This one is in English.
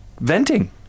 venting